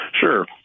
Sure